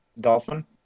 Dolphin